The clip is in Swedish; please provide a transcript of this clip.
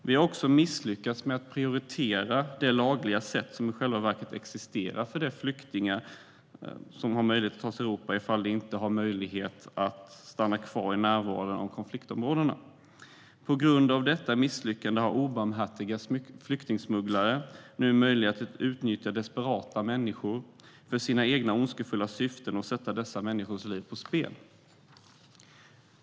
Vi har också misslyckats med att prioritera de lagliga sätt som i själva verket existerar för flyktingar att ta sig till Europa ifall de inte har möjlighet att stanna kvar i närområdena och konfliktområdena. På grund av detta misslyckande har obarmhärtiga flyktingsmugglare nu möjlighet att utnyttja desperata människor för sina egna ondskefulla syften och sätta dessa människors liv på spel.